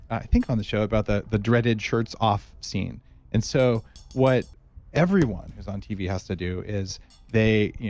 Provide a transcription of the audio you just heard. i think on the show, about the the dreaded shirts off scene and so what everyone who's on tv has to do, is they, yeah